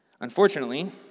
Unfortunately